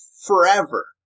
forever